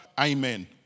Amen